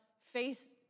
face